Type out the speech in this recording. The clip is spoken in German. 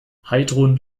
heidrun